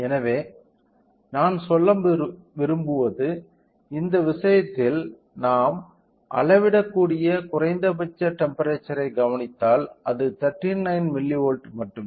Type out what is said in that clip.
எனவே நான் சொல்ல விரும்புவது இந்த விஷயத்தில் நாம் அளவிடக்கூடிய குறைந்தபட்ச டெம்ப்பெரேச்சர்யை கவனித்தால் அது 39 மில்லிவோல்ட் மட்டுமே